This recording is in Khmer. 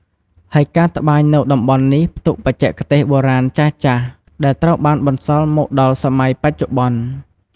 ហើយការត្បាញនៅតំបន់នេះផ្ទុកបច្ចេកទេសបុរាណចាស់ៗ ដែលត្រូវបានបន្តមកដល់សម័យបច្ចុប្បន្ន។